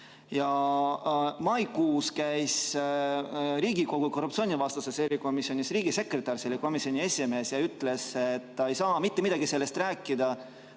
Maikuus käis Riigikogu korruptsioonivastases erikomisjonis riigisekretär, selle komisjoni esimees, ja ütles, et ta ei saa mitte midagi sellest rääkida,